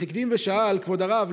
אך הקדים ושאל: כבוד הרב,